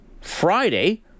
Friday